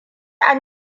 an